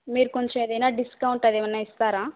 మీరు కొంచెం ఏదైనా డిస్కౌంట్ అది ఏమైనా ఇస్తారా